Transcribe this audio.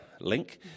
link